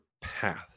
path